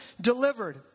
delivered